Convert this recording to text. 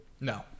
No